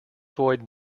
void